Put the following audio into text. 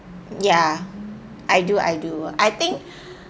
ya I do I do I think